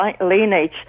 lineage